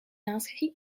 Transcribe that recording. inscrit